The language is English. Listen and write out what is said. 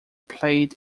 played